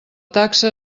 taxa